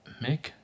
Mick